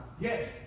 Yes